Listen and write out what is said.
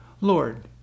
Lord